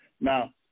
Now